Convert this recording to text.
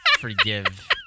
forgive